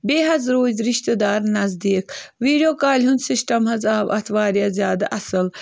بیٚیہِ حظ روٗزۍ رِشتہٕ دار نزدیٖک ویٖڈیو کالہِ ہُنٛد سِسٹَم حظ آو اَتھ واریاہ زیادٕ اَصٕل